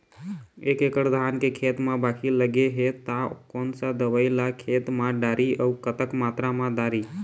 एक एकड़ धान के खेत मा बाकी लगे हे ता कोन सा दवई ला खेत मा डारी अऊ कतक मात्रा मा दारी?